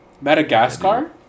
Madagascar